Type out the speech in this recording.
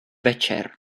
večer